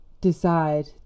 decide